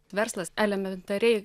verslas elementariai